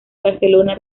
barcelona